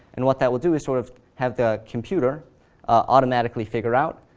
and what that will do is sort of have the computer automatically figure out,